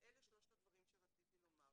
אלה שלושת הדברים שרציתי לומר.